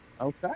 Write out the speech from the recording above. Okay